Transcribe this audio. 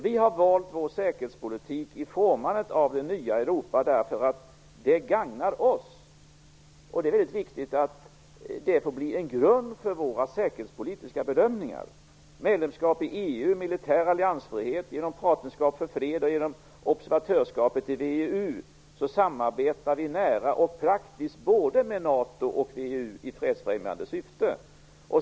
Vi har valt vår säkerhetspolitik i formandet av det nya Europa därför att det gagnar oss, och det är viktigt att det får bli en grund för våra säkerhetspolitiska bedömningar. samarbetar vi nära och praktiskt både med NATO och VEU i fredsfrämjande syfte.